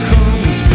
Comes